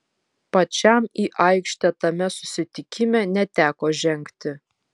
pačiam į aikštę tame susitikime neteko žengti